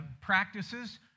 practices